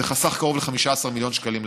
זה חסך קרוב ל-15 מיליון שקלים לעסקים.